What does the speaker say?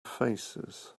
faces